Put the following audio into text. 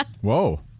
Whoa